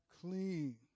clean